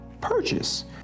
purchase